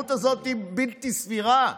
המהירות הזאת היא בלתי סבירה,